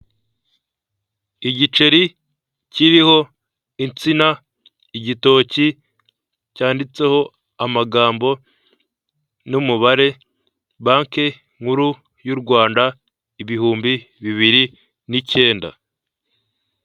Igiceri kiriho insina, igitoki cyanditseho amagambo n'umubare banki nkuru y'u Rwanda ibihumbi bibiri n'icyenda.